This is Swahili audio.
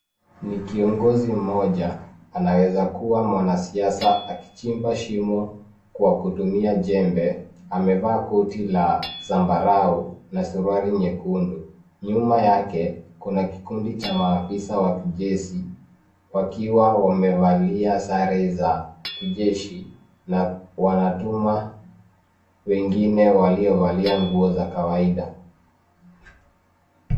Ni kiongozi mmoja anaweza kuwa mwanasiasa akichimba shimo kwa kutumia jembe. Amevaa koti la zambarau na suruali nyekundu. Nyuma yake kuna kikundi cha maafisa wa kijeshi wakiwa wamevalia sare za kijeshi na wanatumia wengine waliovalia nguo za kawaida.